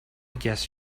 guess